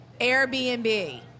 Airbnb